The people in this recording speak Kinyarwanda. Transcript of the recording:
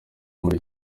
muri